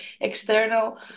external